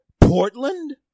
Portland